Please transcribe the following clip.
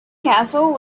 castle